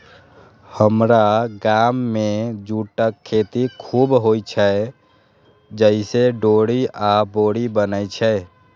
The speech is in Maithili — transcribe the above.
हमरा गाम मे जूटक खेती खूब होइ छै, जइसे डोरी आ बोरी बनै छै